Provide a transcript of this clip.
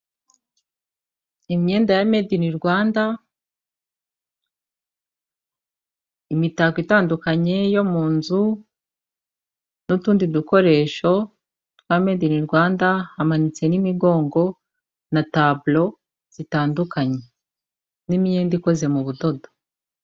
Imyenda ya madini Rwanda, imitako itandukanye yo mu nzu n'utundi dukoresho twa madini Rwanda, hamanitse n'imigongo na taburo zitandukanye n'imyenda ikoze mu budodo.